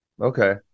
Okay